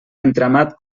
entramat